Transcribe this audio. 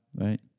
right